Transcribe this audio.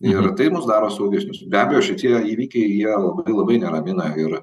ir tai mus daro saugesnius be abejo šitie įvykiai jie labai neramina ir